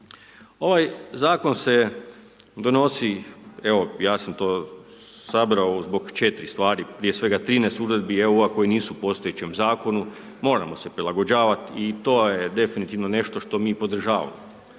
Ovaj Zakon se donosi, evo ja sam to sabrao zbog četiri stvari, prije svega 13 Uredbi, evo ova koja nisu u postojećem Zakonu, moramo se prilagođavati i to je definitivno nešto što mi podržavamo.